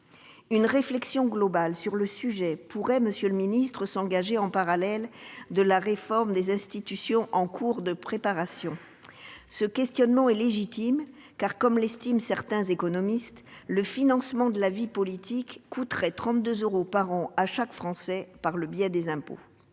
Une réflexion globale sur le sujet, monsieur le ministre, pourrait s'engager en parallèle de la réforme des institutions en cours de préparation. Ce questionnement est légitime, car, comme l'estiment certains économistes, le financement de la vie politique coûterait 32 euros par an à chaque Français, par le biais des impôts.